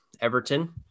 Everton